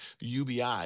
UBI